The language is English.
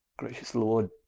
gracious lord,